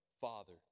Father